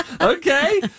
Okay